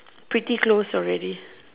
pretty close already